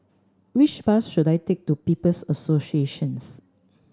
which bus should I take to People's Associations